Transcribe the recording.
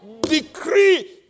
Decree